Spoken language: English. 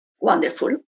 wonderful